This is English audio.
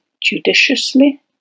judiciously